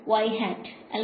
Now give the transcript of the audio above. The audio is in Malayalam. Y ഹാറ്റ് അല്ലെ